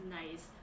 nice